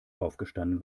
aufgestanden